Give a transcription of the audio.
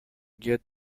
get